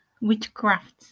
witchcraft